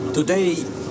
Today